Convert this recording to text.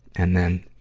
and then,